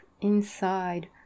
inside